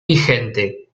vigente